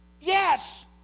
Yes